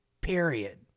Period